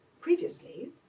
previously